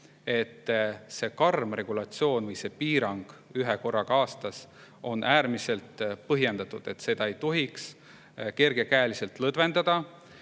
et see karm regulatsioon või see piirang, üks kord aastas, on äärmiselt põhjendatud, seda ei tohiks kergekäeliselt lõdvendada.